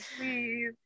please